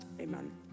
amen